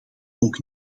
ook